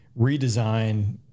redesign